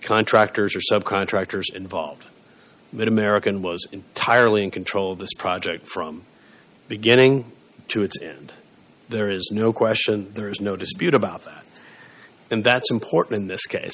contractors or subcontractors involved but american was entirely in control of this project from beginning to its end there is no question there is no dispute about that and that's important in this case